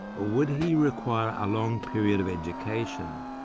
or would he require a long period of education?